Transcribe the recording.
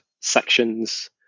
sections